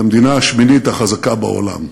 כמדינה השמינית החזקה בעולם.